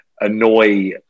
annoy